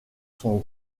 son